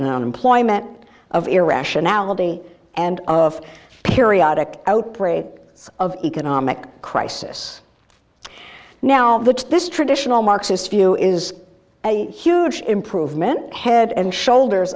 unemployment of irrationality and of periodic outbreak of economic crisis now that this traditional marxist view is a huge improvement head and shoulders